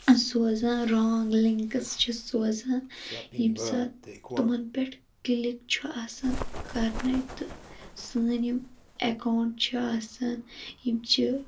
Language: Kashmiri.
سوزان رانٛگ لِنکٕس چھ سوزان ییٚمہِ ساتہٕ تِمَن پٮ۪ٹھ کِلک چھُ آسان کَرنَے تہٕ سٲنۍ یِم ایٚکاوُنٹ چھِ آسان یِم چھِ